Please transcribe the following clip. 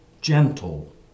gentle